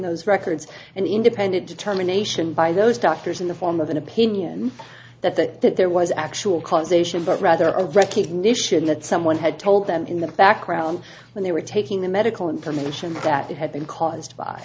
those records an independent determination by those doctors in the form of an opinion that that that there was actual causation but rather a recognition that someone had told them in the background when they were taking the medical information that they had been caused by